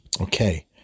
Okay